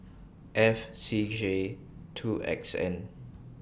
F C J two X N